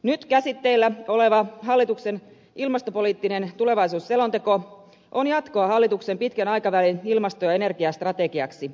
nyt käsitteillä oleva hallituksen ilmastopoliittinen tulevaisuusselonteko on jatkoa hallituksen pitkän aikavälin ilmasto ja energiastrategialle